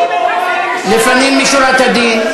לפנים משורת הדין.